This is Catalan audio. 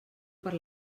per